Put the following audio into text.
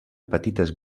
petites